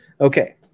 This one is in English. Okay